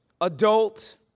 adult